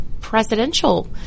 presidential